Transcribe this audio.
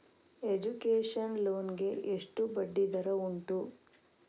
Education loan ಗೆ ಎಷ್ಟು ಬಡ್ಡಿ ದರ ಉಂಟು?